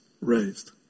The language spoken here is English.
raised